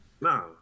No